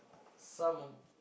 some